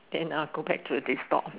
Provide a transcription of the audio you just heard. then I will go back to this stall